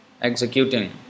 Executing